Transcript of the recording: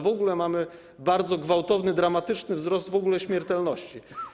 W ogóle mamy bardzo gwałtowny, dramatyczny wzrost śmiertelności.